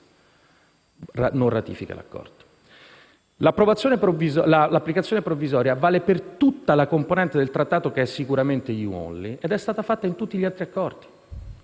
non ratifica l'accordo. L'applicazione provvisoria vale per tutta la componente del Trattato che è sicuramente *EU only* ed è stata fatta in tutti gli altri accordi.